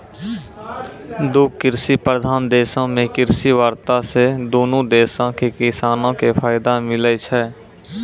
दु कृषि प्रधान देशो मे कृषि वार्ता से दुनू देशो के किसानो के फायदा मिलै छै